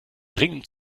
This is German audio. dringend